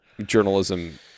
journalism